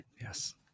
Yes